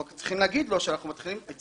אנחנו רק צריכים להגיד לו שהוצאנו פיקוח,